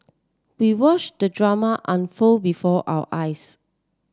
we watch the drama unfold before our eyes